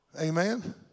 Amen